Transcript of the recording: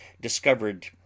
discovered